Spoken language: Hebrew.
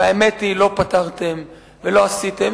האמת היא שלא פתרתם ולא עשיתם,